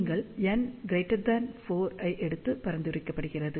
நீங்கள் n4 ஐ எடுக்க பரிந்துரைக்கப்படுகிறது